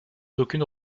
d’aucune